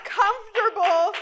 comfortable